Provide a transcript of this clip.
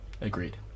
agreed